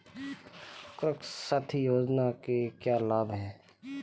कृषक साथी योजना के क्या लाभ हैं?